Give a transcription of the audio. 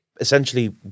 Essentially